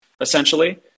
essentially